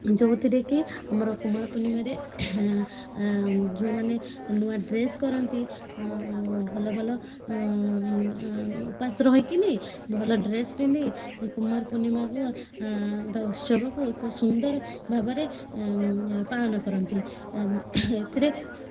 ଯେଉଁଥିରେ କି ଆମ କୁମାର ପୂର୍ଣ୍ଣିମାରେ ଝିଅମାନେ ନୂଆ ଡ୍ରେସ୍ କରନ୍ତି ଭଲ ଭଲ ଉପାସ ରହିକରି ଭଲ ଡ୍ରେସ୍ ପିନ୍ଧି କୁମାର ପୂର୍ଣ୍ଣିମାକୁ ଗୋଟେ ଉତ୍ସବକୁ ଏକ ସୁନ୍ଦର ଭାବରେ ପାଳନ କରନ୍ତି ଏଥିରେ